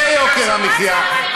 אז אני אראה, למה, האוצר, זה יוקר המחיה.